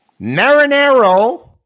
Marinero